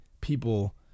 people